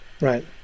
Right